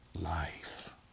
life